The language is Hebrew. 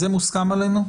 זה מוסכם עלינו?